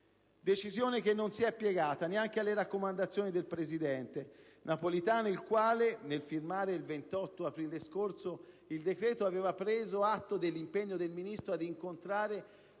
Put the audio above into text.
Decisione che non si è piegata neanche alle raccomandazioni del presidente Napolitano, il quale, nel firmare il 28 aprile scorso il decreto, aveva preso atto dell'impegno del Ministro ad incontrare